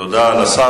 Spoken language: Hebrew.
תודה לשר.